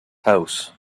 house